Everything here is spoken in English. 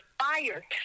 fired